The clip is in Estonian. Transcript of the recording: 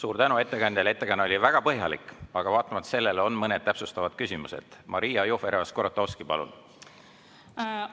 Suur tänu ettekandjale! Ettekanne oli väga põhjalik, aga vaatamata sellele on mõned täpsustavad küsimused. Maria Jufereva-Skuratovski, palun!